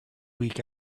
week